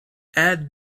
add